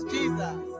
Jesus